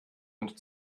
und